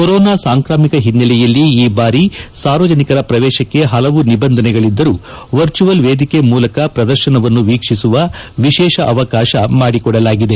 corona ಸಾಂಕ್ರಾಮಿಕ ಹಿನ್ನೆಲೆಯಲ್ಲಿ ಈ ಬಾರಿ ಸಾರ್ವಜನಿಕ ಪ್ರವೇಶಕ್ಕೆ ಪಲವು ನಿಬಂಧನೆಗಳಿದ್ದರೂ ವರ್ಚುವಲ್ ವೇದಿಕೆ ಮೂಲಕ ಪ್ರದರ್ಶನವನ್ನು ವೀಕ್ಷಿಸುವ ವಿಶೇಷ ಅವಕಾಶ ಮಾಡಿಕೊಡಲಾಗಿದೆ